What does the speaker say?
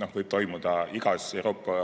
võib toimuda kas igas Euroopa